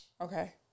Okay